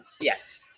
Yes